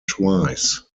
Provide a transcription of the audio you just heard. twice